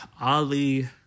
Ali